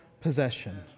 possession